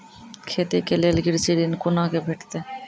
खेती के लेल कृषि ऋण कुना के भेंटते?